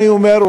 אני אומר,